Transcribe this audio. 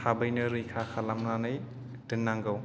थाबैनो रैखा खालामनानै दोननांगौ